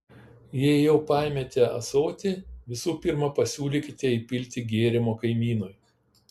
jei jau paėmėte ąsotį visų pirma pasiūlykite įpilti gėrimo kaimynui